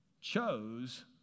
chose